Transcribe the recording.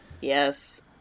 yes